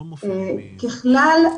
ככלל,